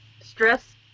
stress